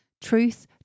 truth